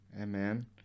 Amen